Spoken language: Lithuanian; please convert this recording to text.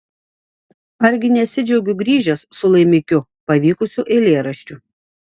argi nesidžiaugiu grįžęs su laimikiu pavykusiu eilėraščiu